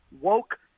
woke